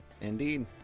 Indeed